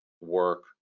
work